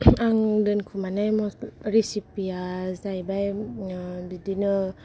आं दोनखुमानाय रिचिपिया जायैबाय बिदिनो